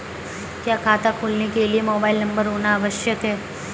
क्या खाता खोलने के लिए मोबाइल नंबर होना आवश्यक है?